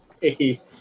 Icky